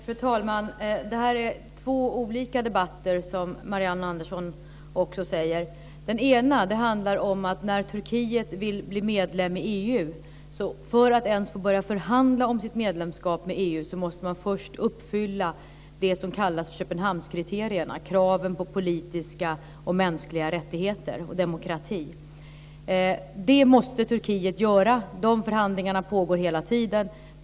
Fru talman! Det här är två olika debatter, som Marianne Andersson också säger. Den ena handlar om att Turkiet, som vill bli medlem i EU, för att ens få börja förhandla om sitt medlemskap måste uppfylla det som kallas Köpenhamnskriterierna, kraven på politiska och mänskliga rättigheter samt demokrati. Det måste Turkiet göra. De förhandlingarna pågår hela tiden.